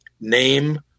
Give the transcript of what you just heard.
Name